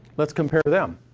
let's compare them.